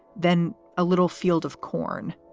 then a little field of corn,